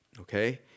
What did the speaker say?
Okay